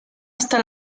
hasta